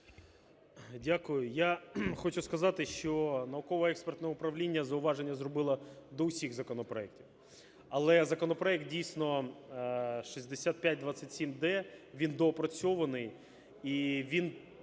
Дякую. Я хочу сказати, що науково-експертне управління зауваження зробило до всіх законопроектів, але законопроект, дійсно, 6527-д, він доопрацьований, і він